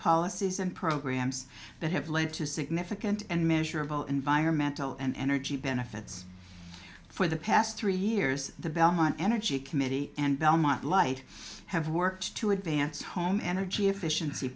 policies and programs that have led to significant and measurable environmental and energy benefits for the past three years the belmont energy committee and belmont light have worked to advance home energy efficiency